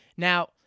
Now